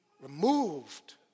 removed